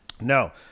No